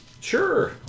Sure